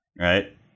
right